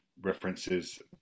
references